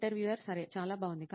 interviewer సరే చాలా బాగుంది